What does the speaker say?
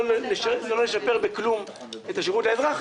לא נשפר בכלום את השירות לאזרח,